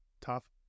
tough